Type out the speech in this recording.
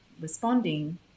responding